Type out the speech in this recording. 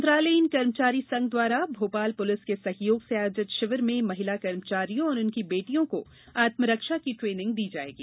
मंत्रालयीन कर्मचारी संघ द्वारा भोपाल पुलिस के सहयोग से आयोजित शिविर में महिला कर्मचारियों और उनकी बेटियों को आत्मरक्षा की ट्रेनिंग दी जाएगी